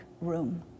room